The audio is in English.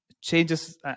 changes